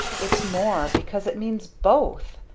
it's more because it means both!